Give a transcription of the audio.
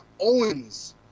Owens